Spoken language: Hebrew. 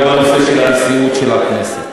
גם בנושא של נשיאות הכנסת,